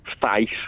Face